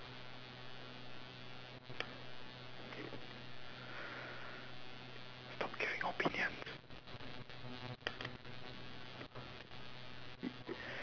got opinions